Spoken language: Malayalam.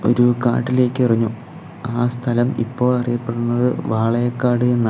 ഒരു കാട്ടിലേക്കെറിഞ്ഞു ആ സ്ഥലം ഇപ്പോൾ അറിയപ്പെടുന്നത് വാളയക്കാട് എന്നാണ്